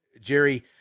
Jerry